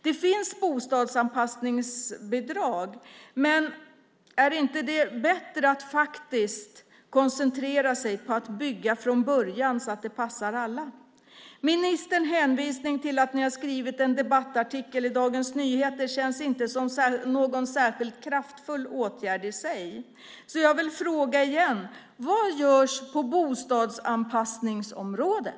Det finns bostadsanpassningsbidrag, men är det inte bättre att koncentrera sig på att bygga från början så att det passar alla? Ministerns hänvisning till att ni har skrivit en debattartikel i Dagens Nyheter känns inte som någon särskilt kraftig åtgärd i sig. Jag frågar därför igen: Vad görs på bostadsanpassningsområdet?